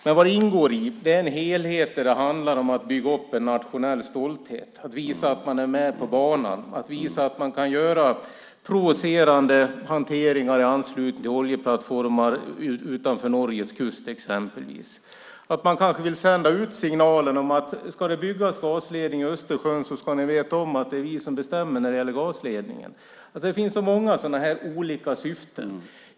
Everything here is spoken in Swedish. Men de ingår i en helhet där det handlar om att bygga upp en nationell stolthet, att visa att man är med på banan och att visa att man kan göra provocerande hanteringar i anslutning exempelvis till oljeplattformar utanför Norges kust. Kanske vill man sända ut signalen: Ska det byggas en gasledning i Östersjön ska ni veta att det är vi som bestämmer över gasledningen. Det finns så många olika syften.